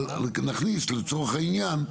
אבל נחליט, לצורך העניין,